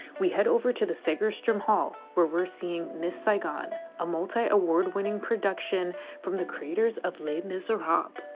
we head over to the segerstrom hall where we're seeing miss saigon a multi award-winning production from the creators of lateness or hop